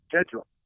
schedule